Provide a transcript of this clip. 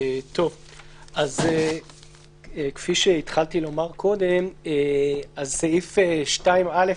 כפי שהתחלתי לומר קודם, סעיף 2(א)